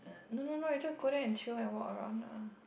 no no no I just go there and chill and walk around lah